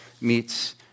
meets